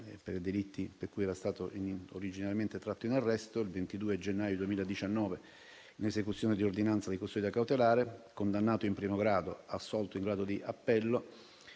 per i delitti per cui era stato originariamente tratto in arresto il 22 gennaio 2019, in esecuzione di ordinanza di custodia cautelare, condannato in primo grado, assolto in grado di appello,